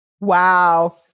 Wow